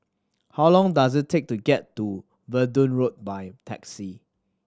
how long does it take to get to Verdun Road by taxi